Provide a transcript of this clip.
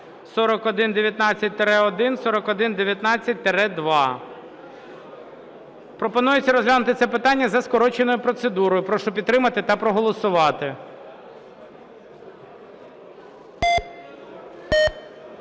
Пропонується розглянути це питання за скороченою процедурою. Прошу підтримати та проголосувати.